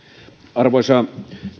arvoisa